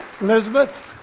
Elizabeth